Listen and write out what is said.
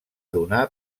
donar